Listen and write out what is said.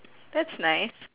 that's nice